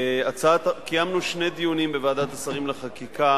קיימנו שני דיונים בוועדת השרים לחקיקה